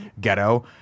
ghetto